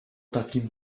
takim